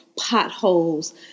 potholes